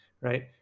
right